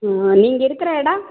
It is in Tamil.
நீங்கள் இருக்கிற இடம்